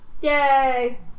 Yay